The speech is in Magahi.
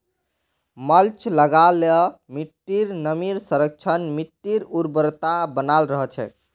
मल्च लगा ल मिट्टीर नमीर संरक्षण, मिट्टीर उर्वरता बनाल रह छेक